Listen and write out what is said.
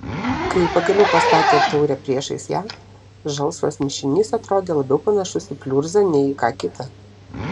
kai pagaliau pastatė taurę priešais ją žalsvas mišinys atrodė labiau panašus į pliurzą nei ką kitą